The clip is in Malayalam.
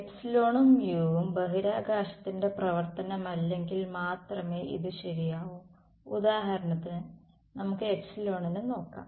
എപ്സിലോണും മ്യുവും ബഹിരാകാശത്തിന്റെ പ്രവർത്തനമല്ലെങ്കിൽ മാത്രമേ ഇത് ശരിയാവൂ ഉദാഹരണത്തിന് നമുക്ക് എപ്സിലോണിനെ നോക്കാം